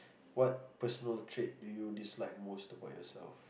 what personal trade do you dislike most about yourself